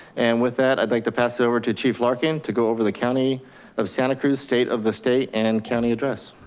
and with that, i'd like to pass it over to chief larkin to go over the county of santa cruz, state of the state and county address.